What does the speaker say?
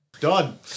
done